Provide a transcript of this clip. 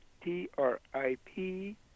T-R-I-P